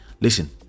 listen